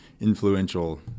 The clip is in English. Influential